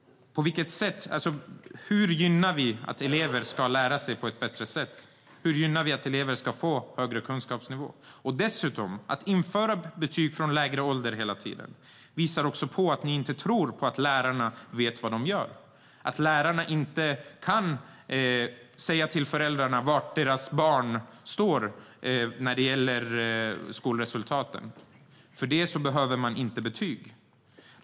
Hur underlättar vi för elever så att de lär sig på ett bättre sätt? Hur underlättar vi för elever så att de får en högre kunskapsnivå? Att införa betyg från allt lägre åldrar visar dessutom att ni inte tror att lärarna vet vad de gör, att ni inte tror att lärarna kan säga till föräldrarna var deras barn står i fråga om skolresultaten. För det behöver man inte betyg.